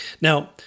Now